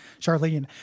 Charlene